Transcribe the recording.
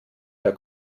der